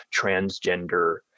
transgender